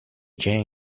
jane